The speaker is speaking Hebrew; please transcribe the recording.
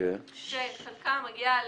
חלקה מגיעה